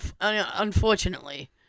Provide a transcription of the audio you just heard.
unfortunately